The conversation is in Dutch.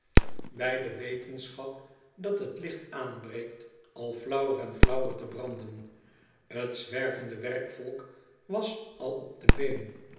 bij de wetenschap dat het licht aanbreekt al flauwer en flauwer te branden t zwervende werkvolk was al op de been